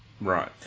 Right